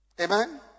Amen